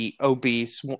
obese